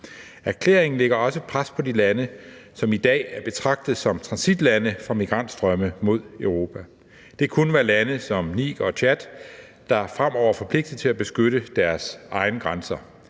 Erklæringen lægger også pres på de lande, som i dag betragtes som transitlande for migrationsstrømme mod Europa. Det kunne være lande som Niger og Tchad, der fremover forpligtes til at beskytte deres egne grænser.